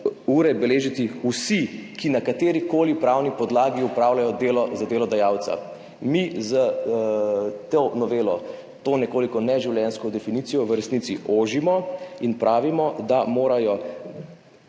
ure beležiti vsi, ki na katerikoli pravni podlagi opravljajo delo za delodajalca. Mi s to novelo to nekoliko neživljenjsko definicijo v resnici ožimo in pravimo, da morajo